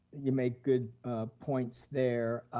you made good points there.